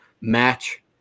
match